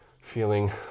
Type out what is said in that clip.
feeling